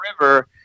River